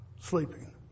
Sleeping